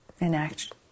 enact